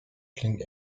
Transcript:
klingt